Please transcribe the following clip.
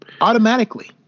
Automatically